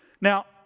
Now